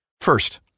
First